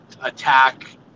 attack